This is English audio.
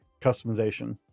customization